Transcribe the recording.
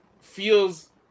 feels